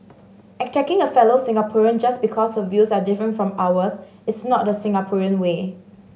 attacking a fellow Singaporean just because her views are different from ours is not the Singaporean way